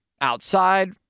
outside